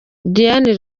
diane